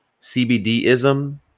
CBDism